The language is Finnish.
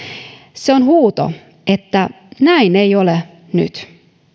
se on huuto että näin ei ole nyt